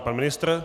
Pan ministr?